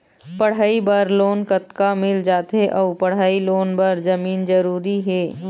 पढ़ई बर लोन कतका मिल जाथे अऊ पढ़ई लोन बर जमीन जरूरी हे?